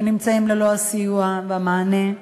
שנמצאים ללא הסיוע והמענה.